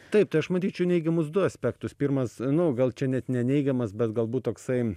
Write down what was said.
taip tai aš matyčiau neigiamus du aspektus pirmas nu gal čia net ne neigiamas bet galbūt toksai